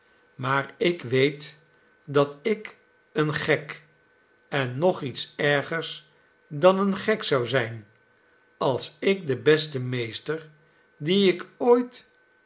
maar ik weet dat ik een gek en nog iets ergers dan een gek zou zijn als ik den besten meester dien ik ooit